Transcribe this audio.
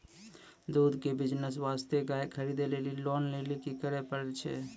दूध के बिज़नेस वास्ते गाय खरीदे लेली लोन लेली की करे पड़ै छै?